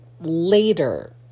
later